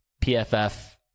PFF